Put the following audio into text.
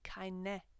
keine